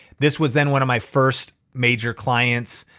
this was then one of my first major clients.